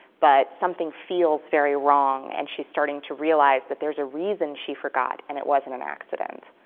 but something feels very wrong and she's starting to realize that there's a reason she forgot and it wasn't an accident.